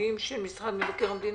בעודפים של משרד מבקר המדינה?